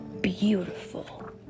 beautiful